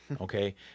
Okay